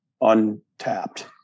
untapped